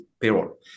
payroll